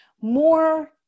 More